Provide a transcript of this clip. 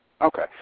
Okay